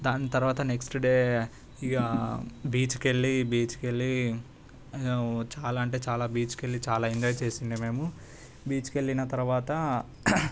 దాని తర్వాత next day ఇగ బీచ్కి వెళ్లి బీచ్కి వెళ్లి చాలా అంటే చాలా బీచ్కి వెళ్లి చాలా ఎంజాయ్ చేసిండే మేము బీచ్కి వెళ్ళిన తర్వాత